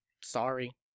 sorry